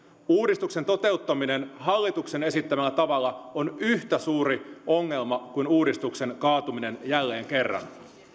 uudistuksen toteuttaminen hallituksen esittämällä tavalla on yhtä suuri ongelma kuin uudistuksen kaatuminen jälleen kerran